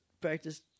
practice